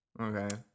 okay